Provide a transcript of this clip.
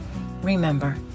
Remember